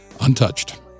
untouched